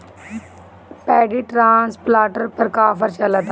Paddy transplanter पर का offer चलता?